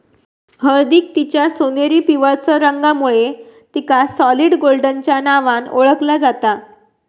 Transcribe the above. हळदीक तिच्या सोनेरी पिवळसर रंगामुळे तिका सॉलिड गोल्डच्या नावान ओळखला जाता